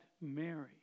Mary